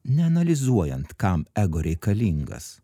neanalizuojant kam ego reikalingas